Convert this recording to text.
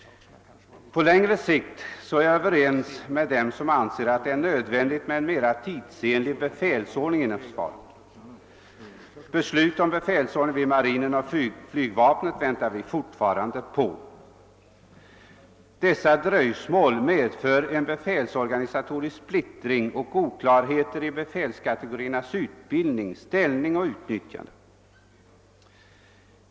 På längre sikt är jag överens med dem som anser att det är nödvändigt med en mera tidsenlig befälsordning inom försvaret. Beslut om befälsordning vid marinen och flygvapnet väntar vi fortfarande på. Dessa dröjsmål medför en befälsorganisatorisk splittring och oklarheter i befälskategoriernas utbildning, ställning och utnyttjande.